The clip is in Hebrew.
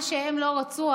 מה שהם לא רצו,